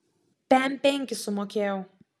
pem penkis sumokėjau